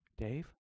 Dave